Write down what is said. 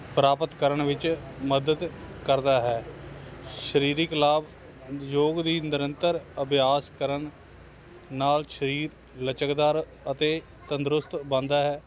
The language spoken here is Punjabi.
ਪ੍ਰਾਪਤ ਕਰਨ ਵਿੱਚ ਮਦਦ ਕਰਦਾ ਹੈ ਸਰੀਰਿਕ ਲਾਭ ਯੋਗ ਦੀ ਨਿਰੰਤਰ ਅਭਿਆਸ ਕਰਨ ਨਾਲ ਸਰੀਰ ਲਚਕਦਾਰ ਅਤੇ ਤੰਦਰੁਸਤ ਬਣਦਾ ਹੈ